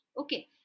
Okay